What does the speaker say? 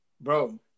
Bro